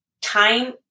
time